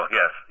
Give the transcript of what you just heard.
yes